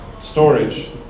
storage